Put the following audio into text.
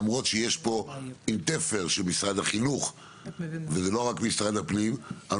למרות שיש פה תפר של משרד החינוך וזה לא רק משרד הפנים.